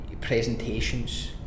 presentations